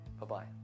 Bye-bye